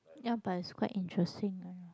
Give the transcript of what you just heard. ya but it's quite interesting